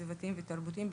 סביבתיים ותרבותיים,